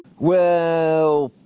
well,